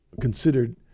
considered